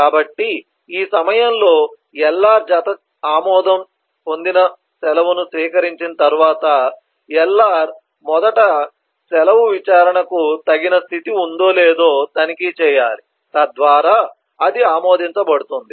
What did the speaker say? కాబట్టి ఈ సమయంలో LR చేత ఆమోదం పొందిన సెలవును స్వీకరించిన తర్వాత LR మొదట సెలవు విచారణకు తగిన స్థితి ఉందో లేదో తనిఖీ చేయాలి తద్వారా అది ఆమోదించబడుతుంది